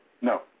No